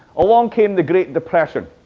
along came the great depression.